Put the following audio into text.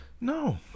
No